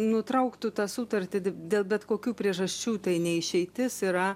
nutrauktų tą sutartį dėl bet kokių priežasčių tai ne išeitis yra